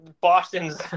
Boston's